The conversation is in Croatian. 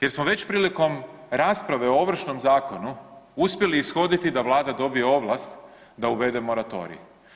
Jer smo već prilikom rasprave o Ovršnom zakonu uspjeli ishoditi da Vlada dobije ovlast da uvede moratorij.